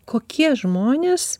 kokie žmonės